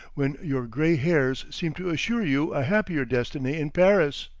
when your gray hairs seemed to assure you a happier destiny in paris.